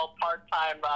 part-time